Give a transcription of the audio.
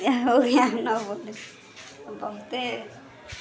अहो इएह नहि बहुते बहुते